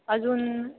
अजून